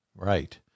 Right